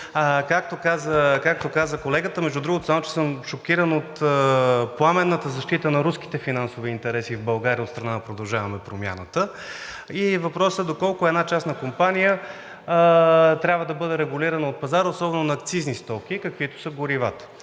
както каза колегата, между другото, шокиран съм от пламенната защита на руските финансови интереси в България от страна на „Продължаваме Промяната“ и въпросът е доколко една частна компания трябва да бъде регулирана от пазара, особено на акцизни стоки, каквито са горивата.